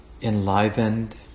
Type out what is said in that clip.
Enlivened